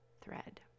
thread